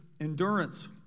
endurance